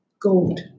gold